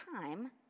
time